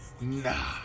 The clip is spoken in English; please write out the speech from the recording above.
nah